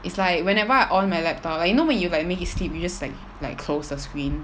it's like whenever I on my laptop like you know when you like make it sleep you just like like close the screen